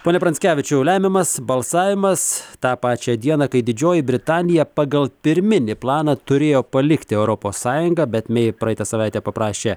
pone pranckevičiau lemiamas balsavimas tą pačią dieną kai didžioji britanija pagal pirminį planą turėjo palikti europos sąjungą bet mei praeitą savaitę paprašė